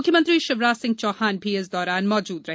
मुख्यमंत्री शिवराज सिंह चौहान भी इस दौरान मौजूद रहे